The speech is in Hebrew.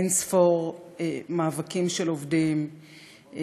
אין-ספור מאבקים של עובדים,